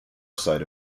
side